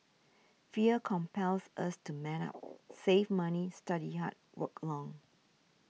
fear compels us to man up save money study hard work long